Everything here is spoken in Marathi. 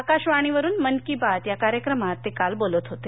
आकाशवाणीवरुन मन की बात या कार्यक्रमात ते काल बोलत होते